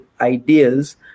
ideas